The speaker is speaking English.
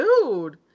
dude